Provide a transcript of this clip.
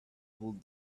pulled